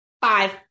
Five